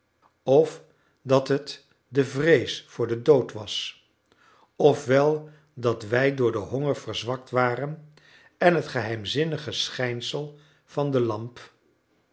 of dat het de vrees voor den dood was of wel dat wij door den honger verzwakt waren en het geheimzinnige schijnsel van de lamp